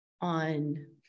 on